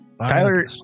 Tyler